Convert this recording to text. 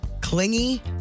Clingy